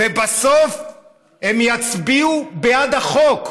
ובסוף הם יצביעו בעד החוק.